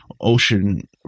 ocean